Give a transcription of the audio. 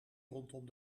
rondom